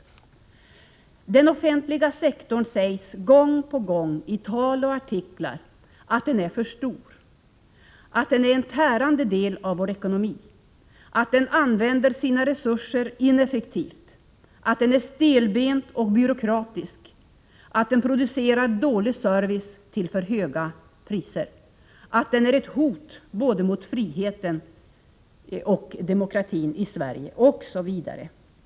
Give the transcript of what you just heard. Om den offentliga sektorn sägs, gång på gång, i tal och artiklar att den är för stor, att den är en tärande del av vår ekonomi, att den använder sina resurser ineffektivt, att den är stelbent och byråkratisk, att den producerar dålig service till för högt pris och att den är ett hot både mot friheten och mot demokratin i Sverige.